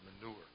Manure